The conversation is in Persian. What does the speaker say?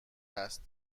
است